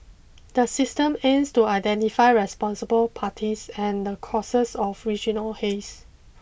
the system is to identify responsible parties and the causes of regional haze